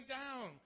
down